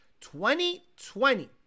2020